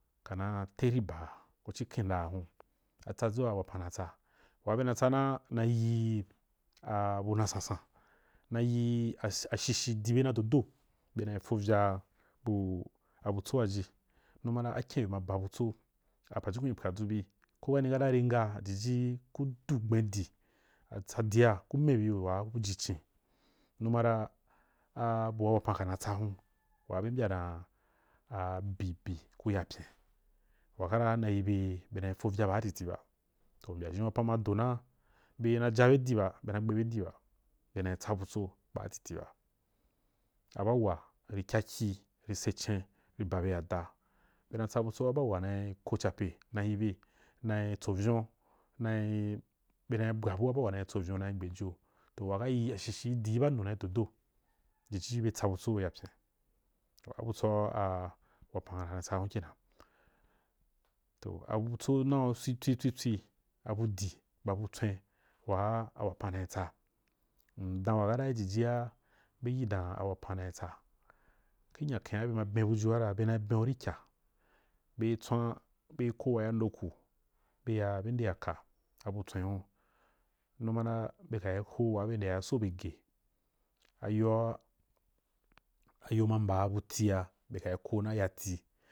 Kana teri baa ku ci kmdaa hun tsadʒu wapan natsa waa bena tsama ra nayi abu na sansan, nayi ashushi dube na do do bena fo vya abutso waji numa ra akyen be ma ba butso pajukun ri pwadʒu bi ko kani kata ri ngaa jaji ku du gbendi asa dia ku mebi waa ku ji cin numa ra abua wapan kana tsa hun waa be mbya dan a bi bi ku ya pyen wakara nayi be bena fo vya baa watiti ba, aʒhen wapan ma do na ben a jabe di ba bena gbebe di ba bena tsa butso baa watili ba aba wuwa ra kyakyi ri seh cen ri ba be ya da, bena tsabutso ba uwe na ko jape naji be nai tso vyon nai bena bwabua ba uwa nai tso uyon na gbejo toh wakara yi a shishiu duu ba wunu nai dodo jiji be tsabutso ya pyen, a butsoa a wapan na tsa hun kenan toh a butso nau atswitswi abu di ba bu tswen waa a wapan nai tsa. M dan i wagara i jijia be yinu dam a wapan na tsa ki nyaken be ma ben bujua ra bena ben’u rikya be tswam, be ko wa ya ndou ku be ya be nde ya ka abu tswen hun, numa na be ko waa be nde ya ri so be geh ayoa ma mɓa bu tia be kai ko yo ya tii.